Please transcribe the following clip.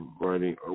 writing